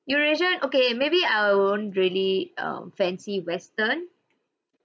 eurasian okay maybe I won't really um fancy western